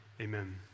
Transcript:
amen